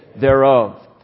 thereof